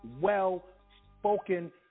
well-spoken